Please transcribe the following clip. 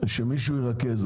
שמישהו ירכז את זה.